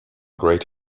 great